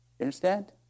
understand